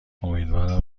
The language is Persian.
امیدوارم